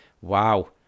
Wow